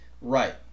Right